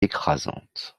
écrasante